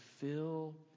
fill